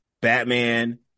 Batman